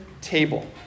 table